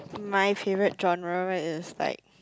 my favourite genre is like